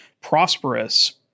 prosperous